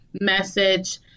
message